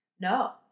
No